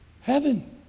heaven